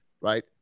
right